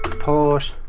pause,